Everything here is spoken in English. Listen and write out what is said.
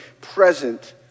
present